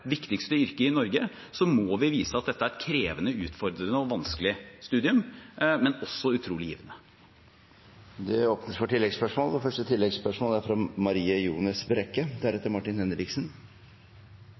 viktigste yrket i Norge – må vi vise at dette er et krevende, utfordrende og vanskelig studium, men også utrolig givende. Det blir oppfølgingsspørsmål – først Marie Ljones Brekke. For